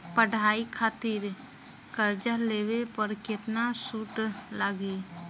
पढ़ाई खातिर कर्जा लेवे पर केतना सूद लागी?